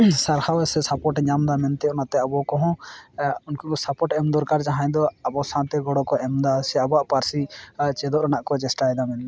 ᱥᱟᱨᱦᱟᱣ ᱥᱮ ᱥᱟᱯᱳᱨᱴᱼᱮ ᱧᱟᱢᱫᱟ ᱢᱮᱱᱛᱮ ᱚᱱᱟᱛᱮ ᱟᱵᱚᱠᱚ ᱦᱚᱸ ᱩᱝᱠᱚ ᱠᱚ ᱥᱟᱯᱳᱨᱴ ᱮᱢ ᱫᱚᱨᱠᱟᱨ ᱡᱟᱦᱟᱸᱭ ᱠᱚ ᱟᱵᱚ ᱥᱟᱶᱛᱮ ᱜᱚᱲᱚ ᱠᱚ ᱮᱢᱫᱟ ᱥᱮ ᱟᱵᱚᱣᱟ ᱯᱟᱨᱥᱤ ᱪᱮᱫᱚᱜ ᱨᱮᱱᱟᱜ ᱠᱚ ᱪᱮᱥᱴᱟᱭᱫᱟ ᱢᱮᱱᱛᱮ